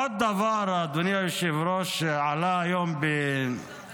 עוד דבר, אדוני היושב-ראש, שעלה היום בכנסת,